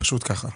פשוט כך.